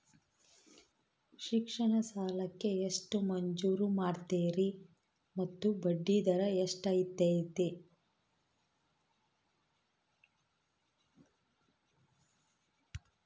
ಶಿಕ್ಷಣ ಸಾಲಕ್ಕೆ ಎಷ್ಟು ಮಂಜೂರು ಮಾಡ್ತೇರಿ ಮತ್ತು ಬಡ್ಡಿದರ ಎಷ್ಟಿರ್ತೈತೆ?